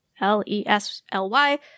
L-E-S-L-Y